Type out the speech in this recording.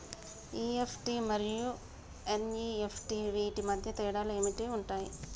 EFT మరియు NEFT వీటి మధ్య తేడాలు ఏమి ఉంటాయి?